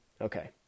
okay